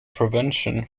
prevention